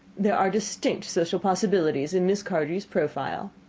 there are distinct social possibilities in miss cardew's profile.